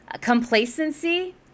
Complacency